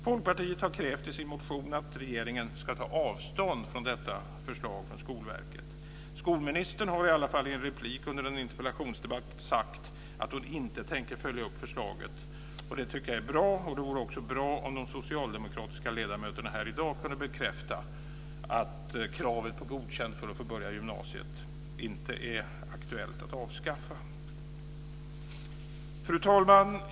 Folkpartiet har krävt i sin motion att regeringen ska ta avstånd från detta förslag från Skolverket. Skolministern har i alla fall i en replik under en interpellationsdebatt sagt att hon inte tänker följa upp förslaget, och det tycker jag är bra. Det vore också bra om de socialdemokratiska ledamöterna här i dag kunde bekräfta att det inte är aktuellt att avskaffa kravet på godkänt för att man ska få börja på gymnasiet. Fru talman!